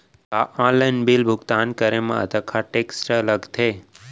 का online bill भुगतान करे मा अक्तहा टेक्स लगथे?